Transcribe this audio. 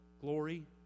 Glory